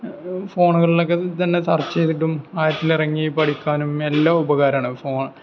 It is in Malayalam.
ഫോണുകളിലൊക്കെ തന്നെ സർച്ച് ചെയ്തിട്ടും ആഴത്തിലിറങ്ങി പഠിക്കാനും എല്ലാം ഉപകാരമാണ് ഫോൺ